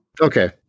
Okay